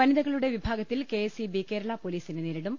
വനിതകളുടെ വിഭാഗത്തിൽ കെഎസ്ഇബി കേരളാ പോലീസിനെ നേരിടും